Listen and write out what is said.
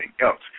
else